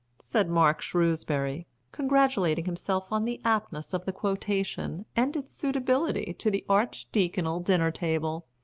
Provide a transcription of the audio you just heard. said mark shrewsbury, congratulating himself on the aptness of the quotation, and its suitability to the archediaconal dinner-table.